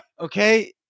okay